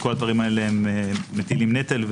וכל הדברים האלה הם מטילים נטל,